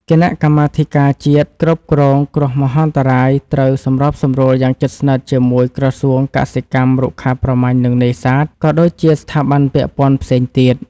គណៈកម្មាធិការជាតិគ្រប់គ្រងគ្រោះមហន្តរាយត្រូវសម្របសម្រួលយ៉ាងជិតស្និទ្ធជាមួយក្រសួងកសិកម្ម រុក្ខាប្រមាញ់ និងនេសាទ ក៏ដូចជាស្ថាប័នពាក់ព័ន្ធផ្សេងទៀត។